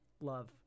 love